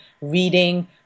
reading